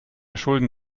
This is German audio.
schulden